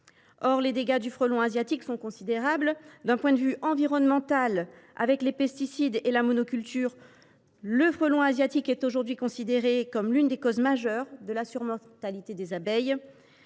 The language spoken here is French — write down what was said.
Or les dégâts du frelon asiatique sont considérables. D’un point de vue environnemental, avec les pesticides et la monoculture, le frelon asiatique est aujourd’hui considéré comme l’une des causes majeures de la surmortalité des abeilles.